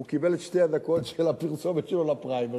הוא קיבל את שתי הדקות של הפרסומת שלו לפריימריז.